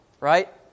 right